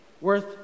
worth